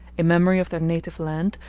in memory of their native land,